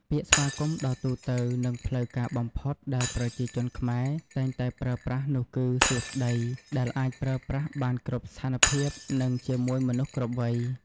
ពាក្យស្វាគមន៍ដ៏ទូទៅនិងផ្លូវការបំផុតដែលប្រជាជនខ្មែរតែងតែប្រើប្រាស់នោះគឺ “សួស្ដី” ដែលអាចប្រើប្រាស់បានគ្រប់ស្ថានភាពនិងជាមួយមនុស្សគ្រប់វ័យ។